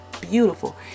beautiful